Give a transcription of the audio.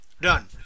Done